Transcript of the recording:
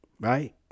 right